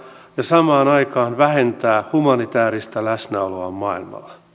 ja samaan aikaan vähentää humanitääristä läsnäoloaan maailmalla